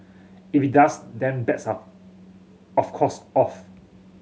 if it does then bets up of course off